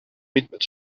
mitmed